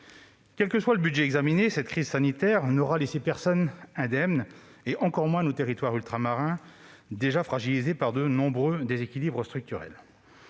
Quel que soit le budget examiné, cette crise sanitaire n'aura laissé personne indemne. C'est tout particulièrement vrai de nos territoires ultramarins, déjà fragilisés par de nombreux déséquilibres structurels.